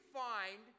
find